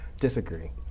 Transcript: Disagree